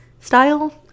style